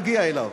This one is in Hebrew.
אם נגיע אליו.